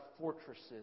fortresses